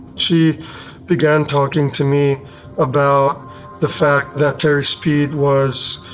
she began talking to me about the fact that terry speed was,